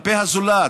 כלפי הזולת,